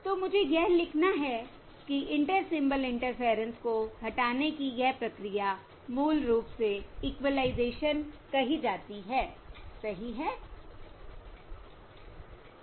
तो मुझे यह लिखना है कि इंटर सिंबल इंटरफेयरेंस को हटाने की यह प्रक्रिया मूल रूप से इक्विलाइजेशन कही जाती है सही है